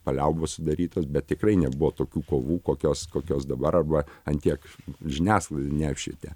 paliaubos sudarytos bet tikrai nebuvo tokių kovų kokios kokios dabar arba ant tiek žiniasklaida neapšvietė